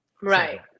Right